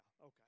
okay